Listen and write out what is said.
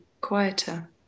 quieter